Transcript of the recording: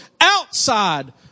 outside